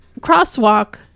crosswalk